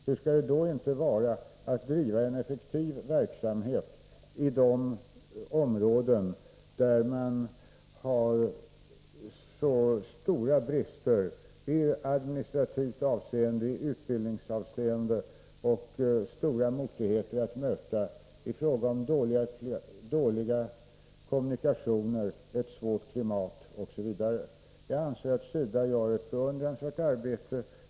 Hur skall det då inte vara att driva en effektiv verksamhet i de områden där man har så stora brister i administrativt avseende, i utbildningsavseende och där man har stora motigheter att möta i fråga om dåliga kommunikationer, ett svårt klimat osv.? Jag anser att SIDA gör ett beundransvärt arbete.